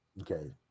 Okay